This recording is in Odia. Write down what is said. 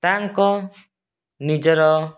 ତାଙ୍କ ନିଜର